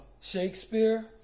Shakespeare